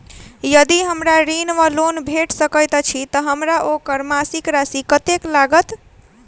यदि हमरा ऋण वा लोन भेट सकैत अछि तऽ हमरा ओकर मासिक राशि कत्तेक लागत?